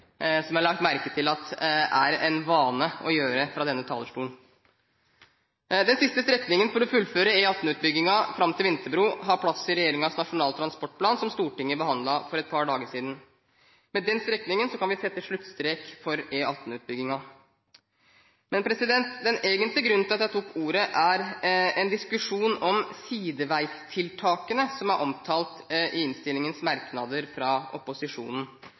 jeg har lagt merke til at er en vane å gjøre fra denne talerstolen. Den siste strekningen for å fullføre E18-utbyggingen fram til Vinterbro har plass i regjeringens Nasjonal transportplan, som Stortinget behandlet for et par dager siden. Med den strekningen kan vi sette sluttstrek for E18-utbyggingen. Den egentlige grunnen til at jeg tok ordet, er en diskusjon om sideveistiltakene som er omtalt i innstillingens merknader fra opposisjonen.